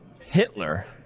Hitler